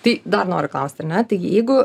tai dar noriu klausti ar ne tai jeigu